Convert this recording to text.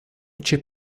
chip